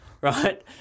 right